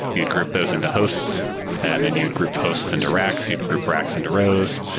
you'd group those into hosts and then you'd group hosts into racks. you'd group racks into rows.